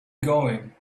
going